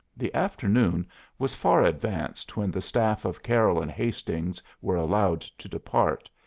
the afternoon was far advanced when the staff of carroll and hastings were allowed to depart,